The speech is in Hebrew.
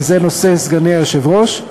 וזה נושא סגני היושב-ראש.